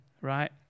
Right